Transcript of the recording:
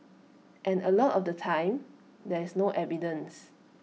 and A lot of the time there is no evidence